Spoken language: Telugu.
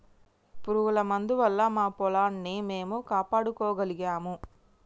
పురుగుల మందు వల్ల మా పొలాన్ని మేము కాపాడుకోగలిగాము